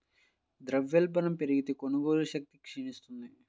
ద్రవ్యోల్బణం పెరిగితే, కొనుగోలు శక్తి క్షీణిస్తుంది